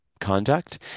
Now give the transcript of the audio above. conduct